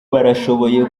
barashoboye